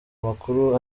makuru